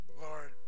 Lord